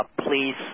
please